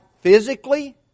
physically